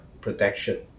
protection